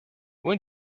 when